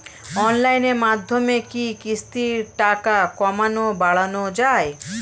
অনলাইনের মাধ্যমে কি কিস্তির টাকা কমানো বাড়ানো যায়?